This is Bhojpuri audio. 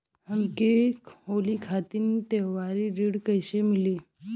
हमके होली खातिर त्योहारी ऋण कइसे मीली?